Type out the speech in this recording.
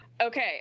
Okay